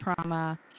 trauma